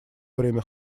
время